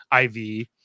IV